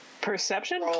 Perception